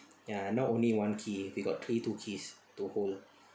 ya not only one key we got three two keys to hold